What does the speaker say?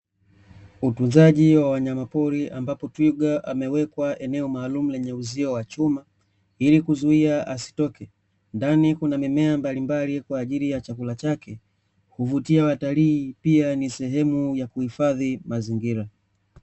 Utunzaji wa wanyama pori ambapo twiga amewekwa eneo maalumu lenye uzio wa chuma ili kuzuia asitoke. Ndani kuna mimea mbalimbali kwa ajili ya chakula chake. Huvutia watalii pia ni sehemu ya kuhifadhi mazingira.